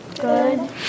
Good